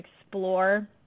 explore